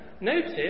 Notice